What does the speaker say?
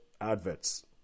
Adverts